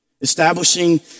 Establishing